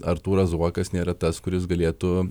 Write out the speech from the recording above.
artūras zuokas nėra tas kuris galėtų